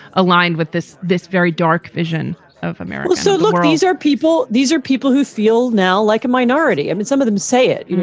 aligned with this this very dark vision of america so look, these are people these are people who feel now like a minority. i mean, some of them say it. you know